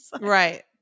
right